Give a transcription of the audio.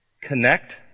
Connect